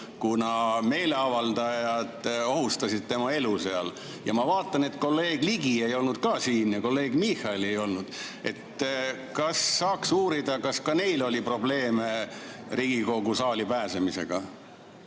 kuna meeleavaldajad ohustasid tema elu. Ma vaatan, et ka kolleeg Ligi ei olnud siin ja kolleeg Michalit ei olnud. Kas saaks uurida, kas ka neil oli probleeme Riigikogu saali pääsemisega?